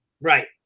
Right